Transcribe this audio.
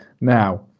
Now